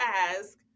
ask